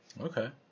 Okay